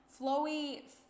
flowy